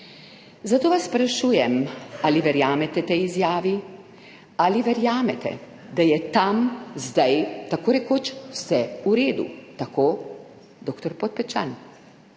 Zato vas sprašujem, ali verjamete tej izjavi? Ali verjamete, da je tam zdaj tako rekoč vse v redu? Tako drl Podpečan,